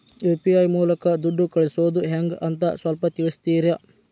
UPI ಮೂಲಕ ದುಡ್ಡು ಕಳಿಸೋದ ಹೆಂಗ್ ಅಂತ ಸ್ವಲ್ಪ ತಿಳಿಸ್ತೇರ?